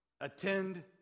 attend